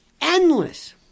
endless